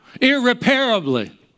irreparably